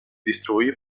distribuir